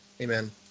Amen